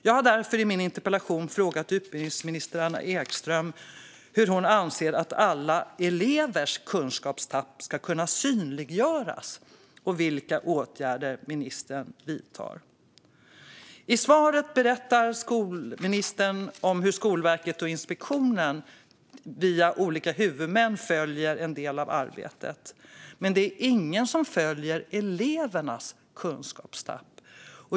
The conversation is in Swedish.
Jag har därför i min interpellation frågat utbildningsminister Anna Ekström hur hon anser att alla elevers kunskapstapp ska kunna synliggöras och vilka åtgärder ministern vidtar. I svaret berättar skolministern om hur Skolverket och Skolinspektionen via olika huvudmän följer en del av arbetet. Men det är ingen som följer elevernas kunskapstapp.